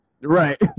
Right